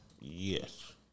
Yes